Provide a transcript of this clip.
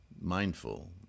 mindful